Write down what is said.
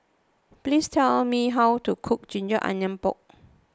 Please tell me how to cook Ginger Onions Pork